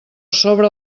sobre